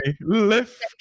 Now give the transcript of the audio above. lift